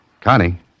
Connie